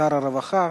שר הרווחה,